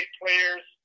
players